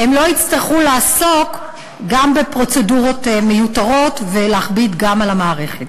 לעסוק גם בפרוצדורות מיותרות ולהכביד גם על המערכת.